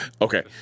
Okay